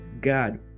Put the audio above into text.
God